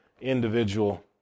individual